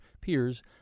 peers